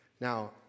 Now